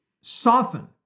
soften